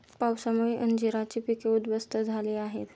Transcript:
पावसामुळे अंजीराची पिके उध्वस्त झाली आहेत